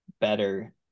better